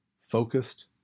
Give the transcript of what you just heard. focused